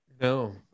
No